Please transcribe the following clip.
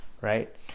right